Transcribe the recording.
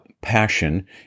passion